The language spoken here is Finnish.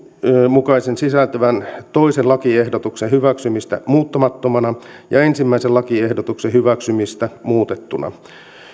sisältyvän toisen lakiehdotuksen hyväksymistä muuttamattomana ja ensimmäisen lakiehdotuksen hyväksymistä muutettuna